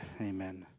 amen